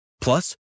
Plus